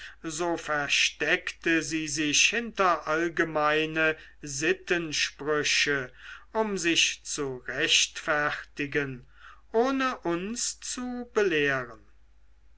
so versteckte sie sich hinter allgemeine sittensprüche um sich zu rechtfertigen ohne uns zu belehren